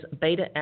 beta